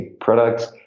products